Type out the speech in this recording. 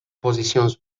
posicions